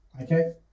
Okay